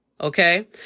Okay